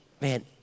man